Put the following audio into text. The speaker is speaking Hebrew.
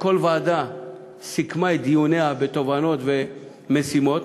כל ועדה סיכמה את דיוניה בתובנות ובמשימות.